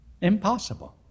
Impossible